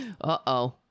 Uh-oh